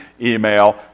email